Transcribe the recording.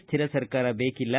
ಸ್ಥಿರ ಸರ್ಕಾರ ಬೇಕಿಲ್ಲ